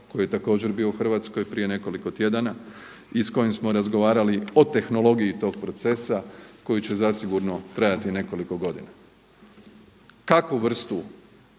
koji je također bio u Hrvatskoj prije nekoliko tjedana i s kojim smo razgovarali o tehnologiji tog procesa koji će zasigurno trajati nekoliko godina. Kakvu vrstu